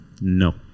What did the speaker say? no